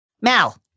Mal